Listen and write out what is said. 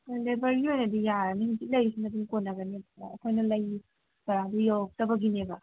ꯂꯦꯕꯔꯒꯤ ꯑꯣꯏꯅꯗꯤ ꯌꯥꯔꯅꯤ ꯍꯧꯖꯤꯛ ꯂꯩꯔꯤꯁꯤꯅ ꯑꯗꯨꯝ ꯀꯣꯟꯅꯒꯅꯤ ꯑꯩꯈꯣꯏꯅ ꯂꯩ ꯆꯔꯥꯗꯨ ꯌꯧꯔꯛꯇꯕꯒꯤꯅꯦꯕ